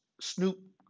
Snoop